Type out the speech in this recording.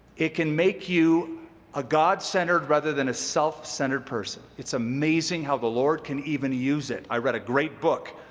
it can make you a god-centered, rather than a self-centered person. it's amazing how the lord can even use it. i read a great book